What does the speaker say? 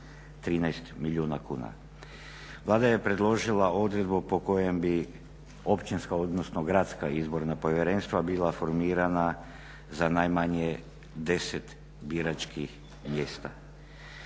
13 milijuna kuna. Vlada je predložila odredbu po kojem bi općinska odnosno gradska izborna povjerenstva bila formirana za najmanje 10 biračkih mjesta.